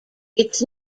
its